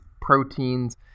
proteins